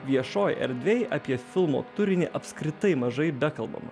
viešoj erdvėje apie filmo turinį apskritai mažai bekalbama